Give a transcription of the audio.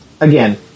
again